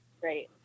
great